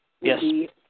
Yes